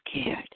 scared